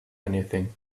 anything